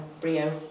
Brio